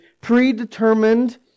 predetermined